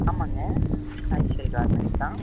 ஆமாங்க ராஜேஸ்வரி கார்மெண்ட்ஸ் தான்